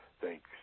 Thanks